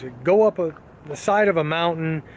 go up ah the side of a mountain,